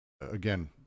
Again